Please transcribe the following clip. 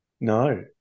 No